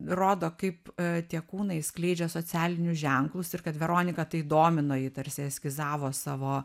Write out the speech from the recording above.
rodo kaip tie kūnai skleidžia socialinius ženklus ir kad veroniką tai domino ji tarsi eskizavo savo